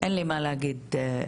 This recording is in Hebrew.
אין לי מה להגיד יותר.